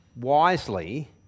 wisely